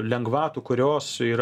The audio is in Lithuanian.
lengvatų kurios yra